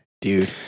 Dude